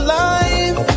life